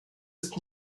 ist